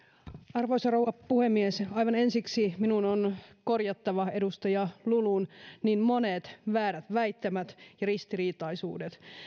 arvoisa rouva puhemies aivan ensiksi minun on korjattava edustaja lulun niin monet väärät väittämät ja ristiriitaisuudet